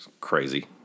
Crazy